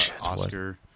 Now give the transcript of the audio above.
Oscar